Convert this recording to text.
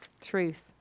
Truth